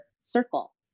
circle